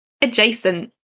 adjacent